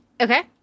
okay